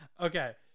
Okay